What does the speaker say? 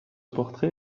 portrait